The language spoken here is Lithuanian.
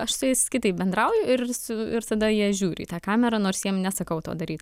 aš su jais kitaip bendrauju ir su ir tada jie žiūri į tą kamerą nors jiem nesakau to daryt